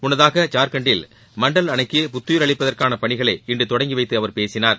முன்னதாக ஜார்கண்டில் மண்டல் அணைக்கு புத்துயிர் அளிப்பதற்கான பணிகளை இன்று தொடங்கிவைத்து அவர் பேசினார்